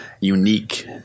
unique